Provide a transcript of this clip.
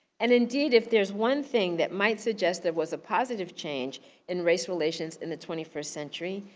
and indeed, if there's one thing that might suggest there was a positive change in race relations in the twenty first century,